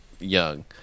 young